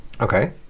Okay